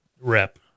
rep